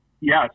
yes